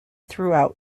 throughout